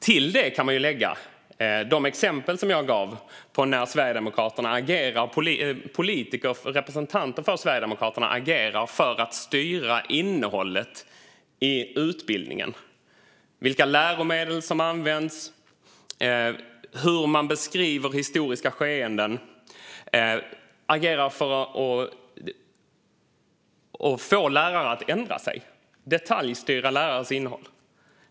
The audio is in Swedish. Till det kan man lägga de exempel som jag gav på att representanter för Sverigedemokraterna, politiker, agerar för att styra innehållet i utbildningen, vilka läromedel som används och hur man beskriver historiska skeenden, för att få lärare att ändra sig och för att detaljstyra undervisningens innehåll.